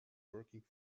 working